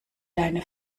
deine